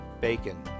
bacon